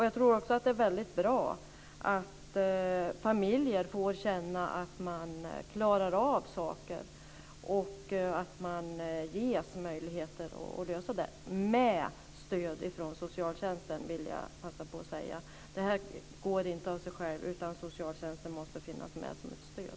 Jag tror också att det är mycket bra att familjer får känna att man klarar av saker och att man ges möjlighet att lösa problemet, med stöd av socialtjänsten, vill jag passa på att säga. Det går inte av sig självt, utan socialtjänsten måste finnas med som ett stöd.